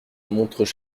montreux